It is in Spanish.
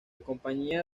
compañía